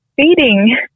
feeding